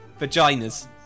vaginas